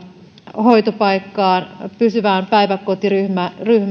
hoitopaikkaan pysyvään päiväkotiryhmään ja pysyviin